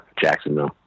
Jacksonville